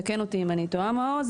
תקן אותי אם אני טועה מעוז,